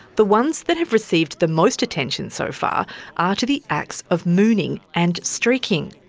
the ones that have received the most attention so far are to the acts of mooning and streaking.